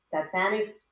satanic